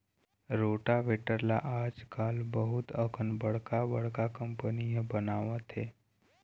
rotavator ल आजकाल बहुत अकन बड़का बड़का कंपनी ह बनावत हे